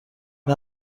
این